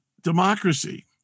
democracy